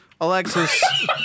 Alexis